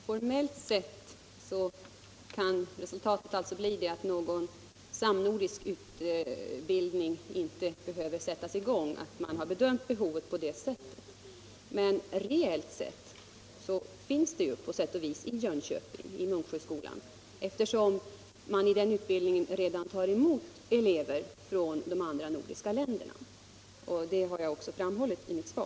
Herr talman! Formellt sett kan resultatet av bedömningen vara att någon samnordisk utbildning inte skall sättas i gång. Men reellt sett finns ju en sådan utbildning vid Munksjöskolan i Jönköping, eftersom man till den utbildningen redan tar emot elever från de andra nordiska länderna. Det har jag också framhållit i mitt svar.